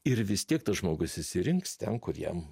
ir vis tiek tas žmogus išsirinks ten kur jam